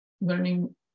learning